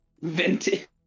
Vintage